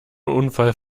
unfall